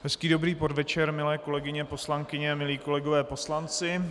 Hezký dobrý podvečer, milé kolegyně poslankyně, milí kolegové poslanci.